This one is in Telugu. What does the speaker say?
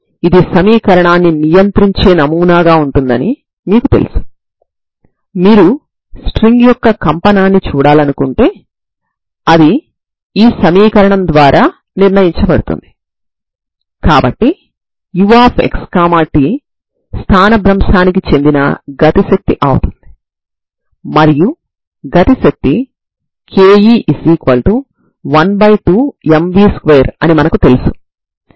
n విలువలు 1 నుండి ∞ వరకు వున్న ఈ పదాల మొత్తం అంటే n1unxt కూడా పరిష్కారం అవ్వడాన్ని మీరు చూడవచ్చు ప్రారంభ సమాచారంపై కొన్ని నియమాలు విధించడం ద్వారా ఈ శ్రేణి యూనిఫార్మ్లీ కన్వెర్జెంట్ అని చూపించవచ్చు సరేనా